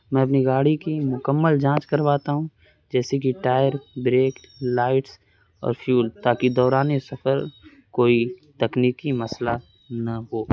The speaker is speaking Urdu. میں اپنی گاڑی کی مکمل جانچ کرواتا ہوں جیسے کہ ٹائر بریک لائٹس اور فیول تاکہ دوران سفر کوئی تکنیکی مسئلہ نہ ہو